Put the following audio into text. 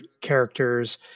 characters